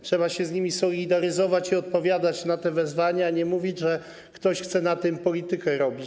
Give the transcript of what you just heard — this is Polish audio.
Trzeba się z nimi solidaryzować i odpowiadać na te wezwania, a nie mówić, że ktoś chce na tym politykę robić.